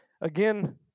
again